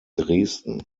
dresden